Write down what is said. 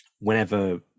Whenever